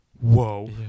whoa